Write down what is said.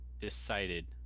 decided